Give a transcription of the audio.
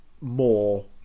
more